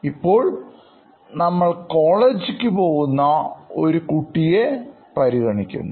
ഇപ്പോൾ നമ്മൾ കോളേജിലേക്ക് പോകുന്ന ഒരു കുട്ടിയെ പരിഗണിക്കുന്നു